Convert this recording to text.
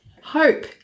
Hope